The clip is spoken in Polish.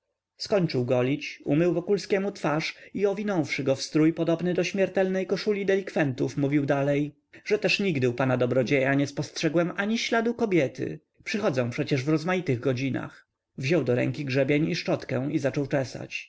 skończył golić umył wokulskiemu twarz i owinąwszy go w strój podobny do śmiertelnej koszuli delikwentów mówił dalej że też nigdy u pana dobrodzieja nie spostrzegłem ani śladu kobiety przychodzę przecież w rozmaitych godzinach wziął do rąk grzebień i szczotkę i zaczął czesać